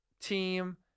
team